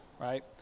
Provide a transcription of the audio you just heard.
right